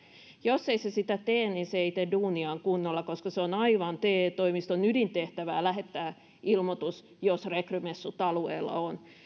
jos hän ei sitä tee hän ei tee duuniaan kunnolla koska se on aivan te toimiston ydintehtävää lähettää ilmoitus jos rekrymessut alueella on